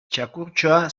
txakurtxoa